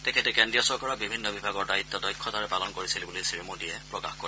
তেখেতে কেন্দ্ৰীয় চৰকাৰৰ বিভিন্ন বিভাগৰ দায়িত্ব দক্ষতাৰে পালন কৰিছিল বুলি শ্ৰীমোদীয়ে প্ৰকাশ কৰে